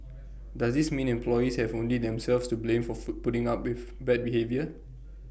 does this mean employees have only themselves to blame for food putting up with bad behaviour